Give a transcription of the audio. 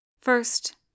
First